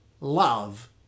love